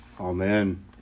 Amen